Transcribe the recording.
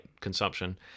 consumption